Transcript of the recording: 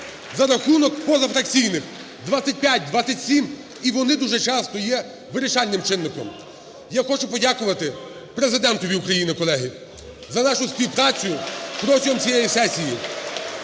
за рахунок позафракційних – 25, 27, і вони дуже часто є вирішальним чинником. (Оплески) Я хочу подякувати Президентові України, колеги, за нашу співпрацю протягом цієї сесії.